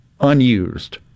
unused